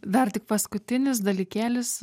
dar tik paskutinis dalykėlis